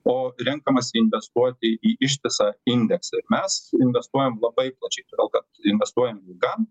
o renkamasi investuoti į ištisą indeksą ir mes investuojam labai plačiai todėl kad investuojam ilgam